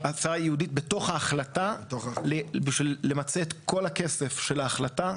ועדה ייעודית בתוך ההחלטה בשביל למצא את כל הכסף של ההחלטה.